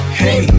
hey